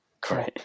Great